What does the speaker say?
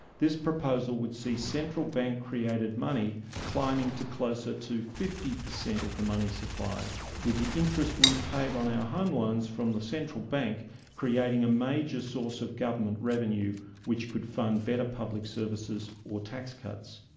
this proposal would see central bank created money climbing to closer to fifty per cent of the money supply with the interest we paid on our home loans from the central bank creating a major source of government revenue which could fund better public services or tax cuts.